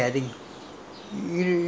there's there's one uh